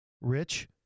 Rich